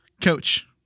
Coach